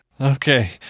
Okay